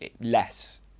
less